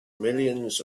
millions